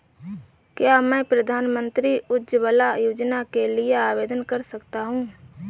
क्या मैं प्रधानमंत्री उज्ज्वला योजना के लिए आवेदन कर सकता हूँ?